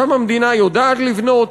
שם המדינה יודעת לבנות,